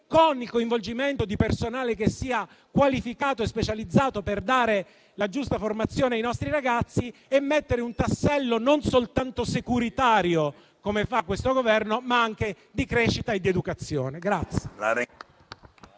con il coinvolgimento di personale qualificato e specializzato ciò per fornire la giusta formazione ai nostri ragazzi, per mettere un tassello non soltanto securitario, come fa questo Governo, ma anche di crescita e di educazione.